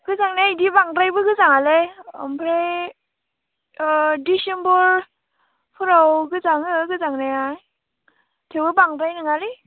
गोजांनाया बिदि बांद्रायबो गोजाङालै ओमफ्राय डिसेम्ब'रफोराव गोजाङो गोजांनाया थेवबो बांद्राय नङालै